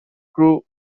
crew